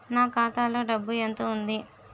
నా ఖాతాలో డబ్బు ఎంత ఉంది?